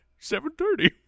7.30